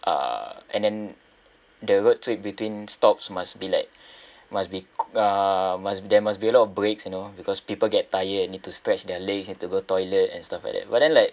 uh and then the road trip between stops must be like must be uh must be there must be a lot of breaks you know because people get tired you need to stretch their legs need to go toilet and stuff like that but then like